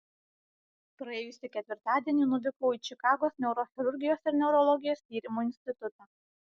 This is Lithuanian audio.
praėjusį ketvirtadienį nuvykau į čikagos neurochirurgijos ir neurologijos tyrimų institutą